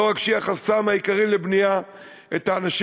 לא רק שהיא החסם העיקרי לבנייה,